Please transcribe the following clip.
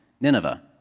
Nineveh